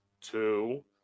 Two